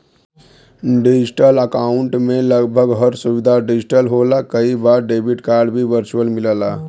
digital account में लगभग हर सुविधा डिजिटल होला कई बार डेबिट कार्ड भी वर्चुअल मिलला